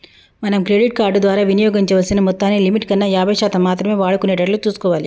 మనం credit card ద్వారా వినియోగించాల్సిన మొత్తాన్ని లిమిట్ కన్నా యాభై శాతం మాత్రమే వాడుకునేటట్లు చూసుకోవాలి